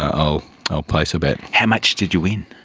i'll i'll place a bet. how much did you win?